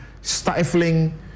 stifling